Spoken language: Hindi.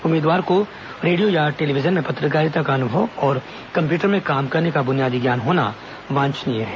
उम्मीदवार को रेडियो अथवा टेलीविजन में पत्रकारिता का अनुभव और कम्प्यूटर में काम करने का ब्रनियादी ज्ञान होना वांछनीय है